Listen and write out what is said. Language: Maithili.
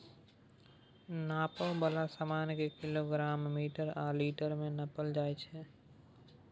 नापै बला समान केँ किलोग्राम, मीटर आ लीटर मे नापल जाइ छै